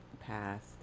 passed